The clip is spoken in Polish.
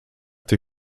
tej